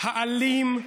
האלים,